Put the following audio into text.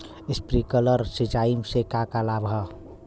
Sprinkler सिंचाई से का का लाभ ह?